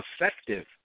effective